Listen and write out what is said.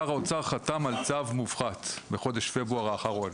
שר האוצר חתם על צו מופחת בחודש פברואר האחרון.